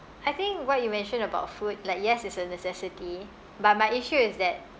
I think what you mentioned about food like yes it's a necessity but my issue is that